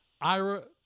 Ira